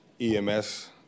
EMS